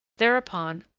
thereupon,